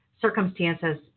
circumstances